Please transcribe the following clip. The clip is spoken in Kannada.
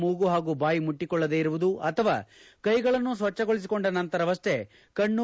ಮೂಗು ಹಾಗೂ ಬಾಯಿ ಮುಟ್ಟಿಕೊಳ್ಳದೆ ಇರುವುದು ಅಥವಾ ಕೈಗಳನ್ನು ಸ್ವಜ್ಜಗೊಳಿಸಿಕೊಂಡ ನಂತರವಷ್ಷೇ ಕಣ್ಣು